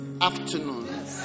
afternoon